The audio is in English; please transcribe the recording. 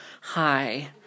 Hi